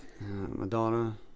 Madonna